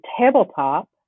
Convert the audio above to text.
tabletop